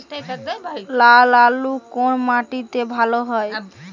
লাল আলু কোন মাটিতে ভালো হয়?